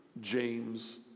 James